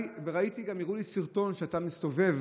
ראיתי גם, הראו לי סרטון שאתה מסתובב